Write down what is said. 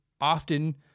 often